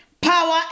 power